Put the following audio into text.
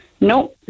No